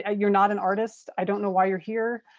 ah you're not an artist. i don't know why you're here.